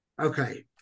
Okay